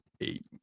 eight